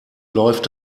läuft